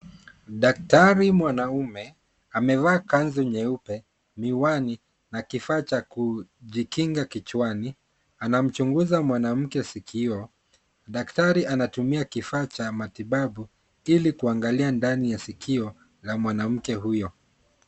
Daktari mwanamume amevaa kanzu nyeupe, miwani nakifaa cha kujikinga kichwani, anamchungiza mwanamke sikio, daktari anatumia kifaa cha matibabu ili kuangalia ndani la sikio la mwanamke huyo.